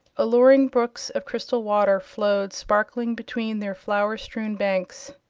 alluring brooks of crystal water flowed sparkling between their flower-strewn banks,